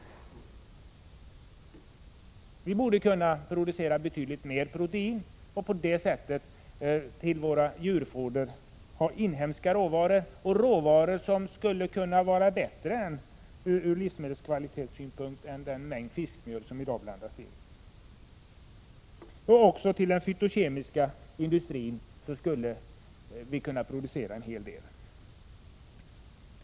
Jordbruket skulle kunna producera betydligt mera protein, och därmed kunde inhemska råvaror ingå i djurfodret — råvaror som vore bättre från livsmedelskvalitetssynpunkt än det fiskmjöl som i mängder blandas in i fodret i dag. Också till den fytokemiska industrin skulle jordbruket kunna producera en hel del.